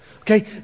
okay